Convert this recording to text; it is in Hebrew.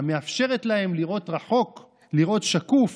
המאפשרת להם לראות רחוק ולראות שקוף.